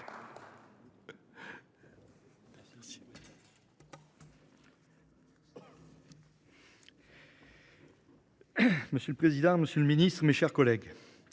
Monsieur le président, monsieur le ministre, mes chers collègues,